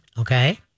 Okay